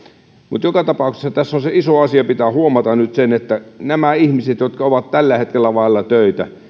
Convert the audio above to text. mutta joka tapauksessa tässä se iso asia pitää huomata nyt että näiden ihmisten suhteen jotka ovat tällä hetkellä vailla töitä